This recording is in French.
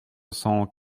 cent